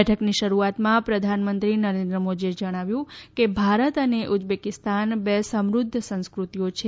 બેઠકની શરૂઆતમાં પ્રધાનમંત્રી નરેન્દ્ર મોદીએ જણાવ્યું કે ભારત અને ઉઝબેકીસ્તાન બે સમુધ્ધ સંસ્કૃતિઓ છે